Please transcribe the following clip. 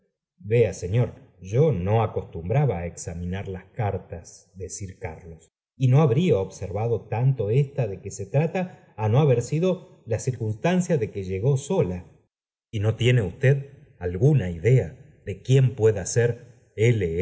vea señor yo no acostumbraba á examinar las cartas de sir carlos y no habría observado tanto ésta de que se trata á no haber sido la cirr eunstanoia de que llegó sola y no tiene usted alguna idea de quién pueda ser